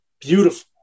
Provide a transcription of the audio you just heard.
beautiful